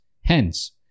Hence